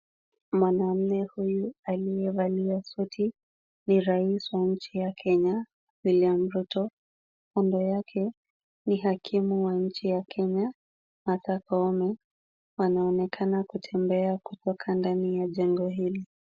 Mwanaume huyu aliyevalia suti ni rais wa nchi ya Kenya William Ruto. Kando yake ni hakimu wa nchi ya Kenya Martha Koome. Wanaonekana kutembea kutoka ndani ya jengo hili.